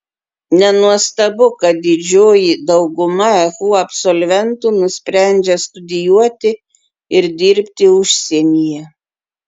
nenuostabu kad didžioji dauguma ehu absolventų nusprendžia studijuoti ir dirbti užsienyje